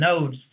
nodes